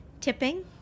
Tipping